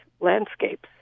landscapes